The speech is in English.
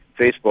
Facebook